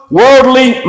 worldly